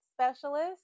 specialist